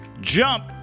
jump